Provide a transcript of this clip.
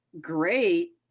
great